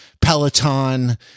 peloton